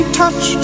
touch